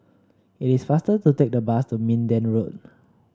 it is faster to take the bus to Minden Road